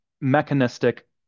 mechanistic